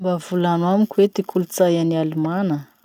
Mba volano amiko ty kolotsay any Alemana?